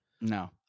No